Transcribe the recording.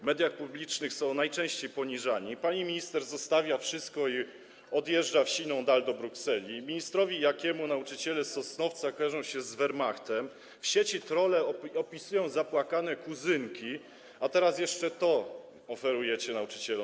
W mediach publicznych są oni najczęściej poniżani, pani minister zostawia wszystko i odjeżdża w siną dal, do Brukseli, ministrowi Jakiemu nauczyciele z Sosnowca kojarzą się w Wehrmachtem, w sieci trolle opisują zapłakane kuzynki, a teraz jeszcze to oferujecie nauczycielom.